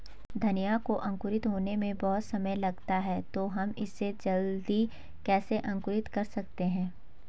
धनिया को अंकुरित होने में बहुत समय लगता है तो हम इसे जल्दी कैसे अंकुरित कर सकते हैं?